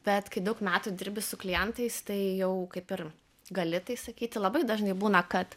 bet kai daug metų dirbi su klientais tai jau kaip ir gali tai sakyti labai dažnai būna kad